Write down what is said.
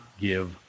give